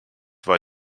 war